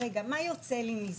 רגע, מה יוצא לי מזה?